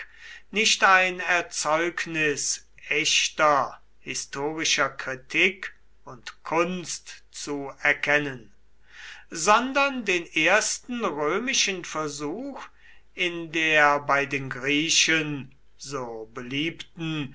nicht ein erzeugnis echter historischer kritik und kunst zu erkennen sondern den ersten römischen versuch in der bei den griechen so beliebten